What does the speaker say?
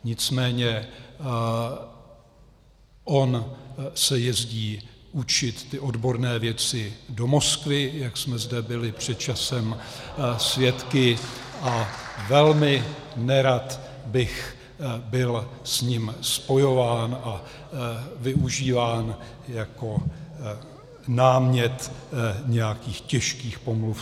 Nicméně on se jezdí učit ty odborné věci do Moskvy , jak jsme zde byli před časem svědky, a velmi nerad bych byl s ním spojován a využíván jako námět nějakých těžkých pomluv.